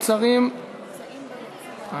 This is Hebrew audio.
אבל לעתים קרובות הרגשתי לא